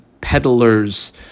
peddler's